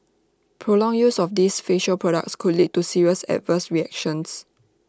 prolonged use of these facial products could lead to serious adverse reactions